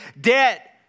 debt